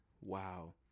Wow